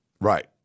Right